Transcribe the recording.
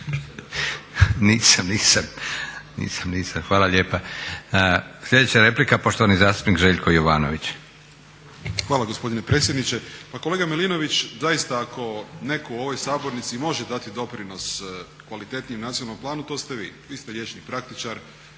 Nisam, nisam. Hvala lijepa. Sljedeća replika, poštovani zastupnik Željko Jovanović. **Jovanović, Željko (SDP)** Hvala gospodine predsjedniče. Pa kolega Milinović, zaista ako netko u ovoj sabornici može dati doprinos kvalitetnijem nacionalnom planu to ste vi. Vi ste liječnik praktičar,